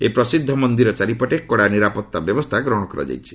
ଏହି ପ୍ରସିଦ୍ଧ ମନ୍ଦିର ଚାରିପଟେ କଡ଼ା ନିରାପତ୍ତା ବ୍ୟବସ୍ଥା ଗ୍ରହଣ କରାଯାଇଛି